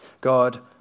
God